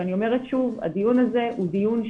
אני אומרת שוב, הדיון הזה הוא דיון שקוף.